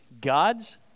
God's